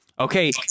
Okay